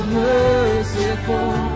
merciful